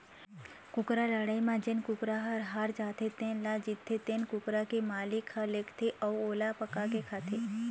कुकरा लड़ई म जेन कुकरा ह हार जाथे तेन ल जीतथे तेन कुकरा के मालिक ह लेगथे अउ ओला पकाके खाथे